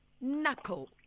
Knuckle